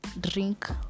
drink